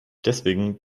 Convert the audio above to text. deswegen